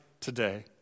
today